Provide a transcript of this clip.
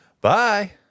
Bye